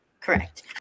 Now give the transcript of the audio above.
Correct